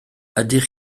ydych